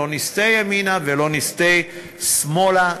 לא נסטה ימינה ולא נסטה שמאלה.